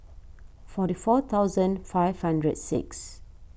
forty four thousand five hundred six